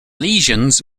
lesions